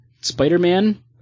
Spider-Man